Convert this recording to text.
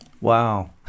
Wow